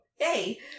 Yay